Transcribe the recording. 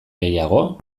gehiago